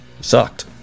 sucked